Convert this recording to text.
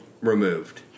removed